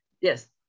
yes